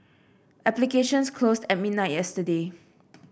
applications closed at midnight yesterday